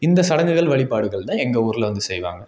இந்த சடங்குகள் வழிபாடுகள் தான் எங்கள் ஊரில் வந்து செய்வாங்க